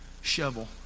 shovel